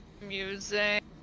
Music